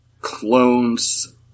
clones